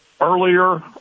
earlier